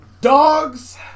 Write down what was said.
Dogs